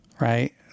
right